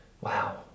wow